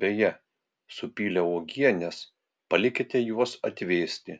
beje supylę uogienes palikite juos atvėsti